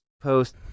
post